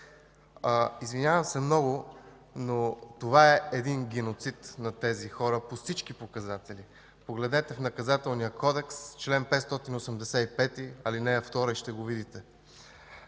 Извинявам се много, но това е геноцид над тези хора по всички показатели. Погледнете в Наказателния кодекс чл. 585, ал. 2 и ще го видите.